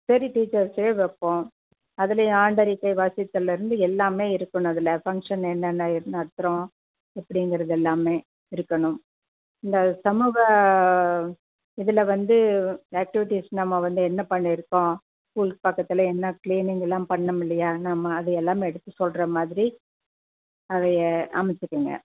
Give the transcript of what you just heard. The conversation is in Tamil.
சரி டீச்சர்ஸே வைப்போம் அதிலே ஆண்டறிக்கை வாசித்தல்லில் இருந்து எல்லாமே இருக்கணும் அதில் ஃபங்க்ஷன் என்னென்ன இர் நடத்துறோம் எப்படிங்கிறது எல்லாமே இருக்கணும் இந்த சமூக இதில் வந்து ஆக்டிவிட்டீஸ் நம்ம வந்து என்ன பண்ணியிருக்கோம் ஸ்கூல்க்கு பக்கத்துல என்ன க்ளீனிங் எல்லாம் பண்ணம்மில்லையா நம்ம அது எல்லாமே எடுத்து சொல்கிற மாதிரி அதைய அமச்சிக்கங்க